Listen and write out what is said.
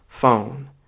phone